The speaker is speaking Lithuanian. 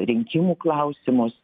rinkimų klausimus